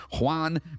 Juan